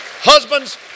Husbands